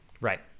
right